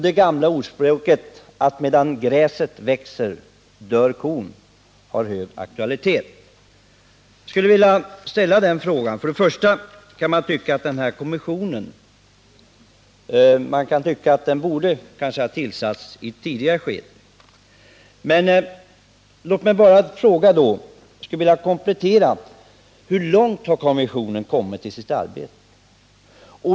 Det gamla ordspråket, ”medan gräset växer, dör kon”, har fått hög aktualitet. Först och främst skulle jag vilja ställa frågan, om inte kommissionen borde ha tillsatts i ett tidigare skede. Låt mig sedan komplettera med frågorna: Hur långt har kommissionen kommit i sitt arbete?